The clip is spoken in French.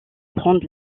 prendre